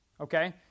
Okay